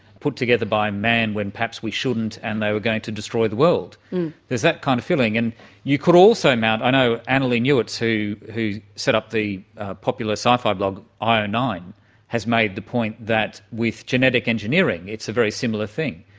put together by man when perhaps we shouldn't, and they were going to destroy the world. world. there is that kind of feeling. and you could also mount, i know annalee newitz who who set up the popular sci-fi blog i o nine has made the point that with genetic engineering it's a very similar thing.